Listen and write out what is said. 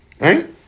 Right